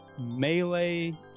melee